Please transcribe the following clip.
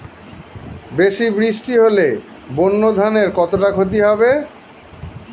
বেশি বৃষ্টি হলে বোরো ধানের কতটা খতি হবে?